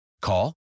Call